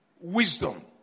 wisdom